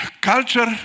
Culture